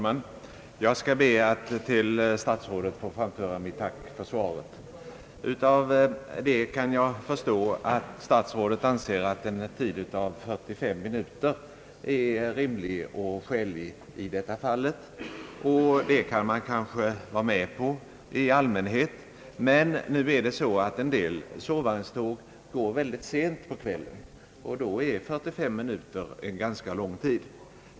Herr talman! Jag ber att till statsrådet få framföra mitt tack för svaret. Av det kan jag förstå att statsrådet anser att en tid av 45 minuter är rimlig och skälig i detta fall. Det kan man kanske vara med på i allmänhet. Men en del sovvagnståg går mycket sent på kvällen, och då är 45 minuter en ganska lång tid.